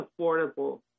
affordable